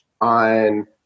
on